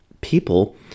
people